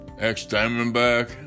ex-Diamondback